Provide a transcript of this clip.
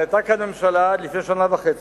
אבל היתה כאן ממשלה עד לפני שנה וחצי,